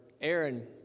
Aaron